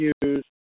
use